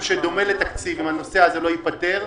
שדומה לתקציב אם הנושא זה לא ייפתר.